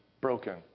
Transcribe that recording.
broken